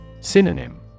Synonym